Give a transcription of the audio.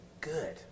good